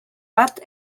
bat